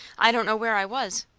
i don't know where i was.